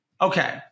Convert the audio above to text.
Okay